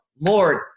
Lord